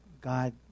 God